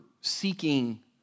seeking